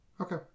Okay